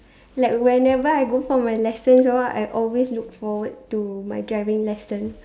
like whenever I go for my lessons or what I always look forward to my driving lesson